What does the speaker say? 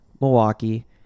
Milwaukee